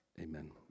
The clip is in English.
Amen